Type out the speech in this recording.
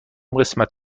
قسمت